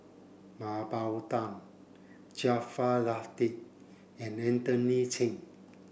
Mah Bow Tan Jaafar Latiff and Anthony Chen